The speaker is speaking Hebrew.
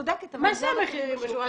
מה זה המחירים בשוק?